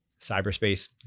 cyberspace